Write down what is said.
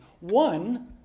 One